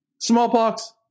Smallpox